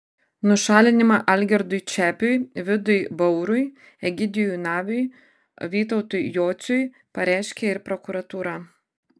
nušalinimą algirdui čepiui vidui baurui egidijui naviui vytautui jociui pareiškė ir prokuratūra